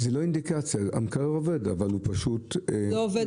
צריך להיכנס למחוייבות צרכנית, לאמנת שירות.